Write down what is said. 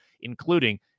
including